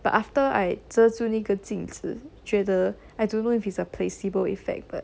but after I 遮住那个镜子觉得 I don't know if it's a placebo effect but